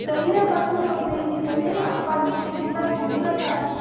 चलनेआं परसूं चौथ गी निकलनेआं पंज छे दिन दा टूर ऐ सारा